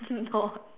no